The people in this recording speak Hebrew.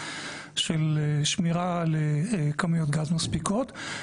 של שמירה על כמויות גז מספיקות.